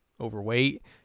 overweight